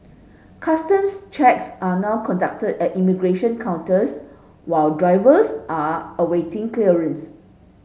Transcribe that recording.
customs checks are now conducted at immigration counters while drivers are awaiting clearance